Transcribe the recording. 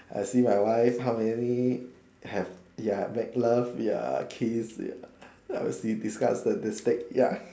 I see my wife how many have ya make love ya kiss ya I would see these kind of statistic ya